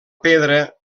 pedra